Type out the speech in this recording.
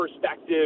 perspective